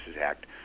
Act